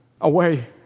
away